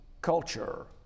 culture